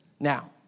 Now